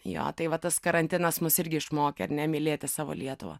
jo tai va tas karantinas mus irgi išmokė ar ne mylėti savo lietuvą